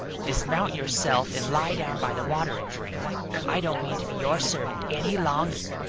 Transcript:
dismount yourself, and lie down by the water and drink i don't mean to be your servant any longer.